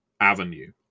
avenue